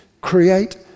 Create